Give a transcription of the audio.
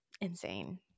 Insane